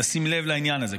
לשים לב לעניין הזה.